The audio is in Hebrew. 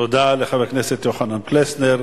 תודה לחבר הכנסת יוחנן פלסנר.